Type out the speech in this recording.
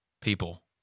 people